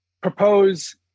propose